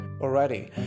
already